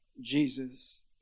Jesus